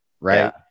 Right